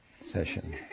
session